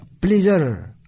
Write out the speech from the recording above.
pleasure